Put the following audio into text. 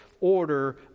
order